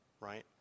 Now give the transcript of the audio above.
right